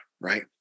Right